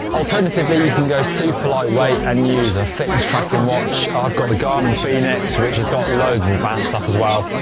alternatively you can go super lightweight and use a fitness tracking watch. i've got the garmin fenix which has got loads of advanced stuff as well.